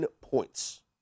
points